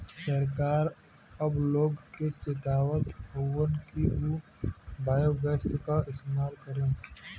सरकार अब लोग के चेतावत हउवन कि उ बायोगैस क इस्तेमाल करे